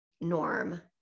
norm